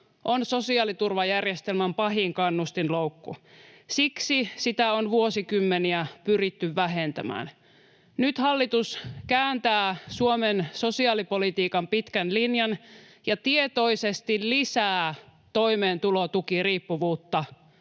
on sosiaaliturvajärjestelmän pahin kannustinloukku. Siksi sitä on vuosikymmeniä pyritty vähentämään. Nyt hallitus kääntää Suomen sosiaalipolitiikan pitkän linjan ja tietoisesti lisää toimeentulotukiriippuvuutta,